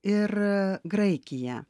ir graikiją